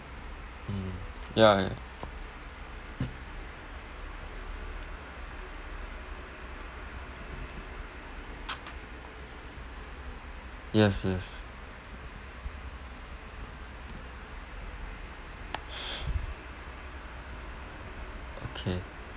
mm ya yes yes okay